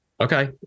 Okay